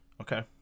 Okay